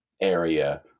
area